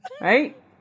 Right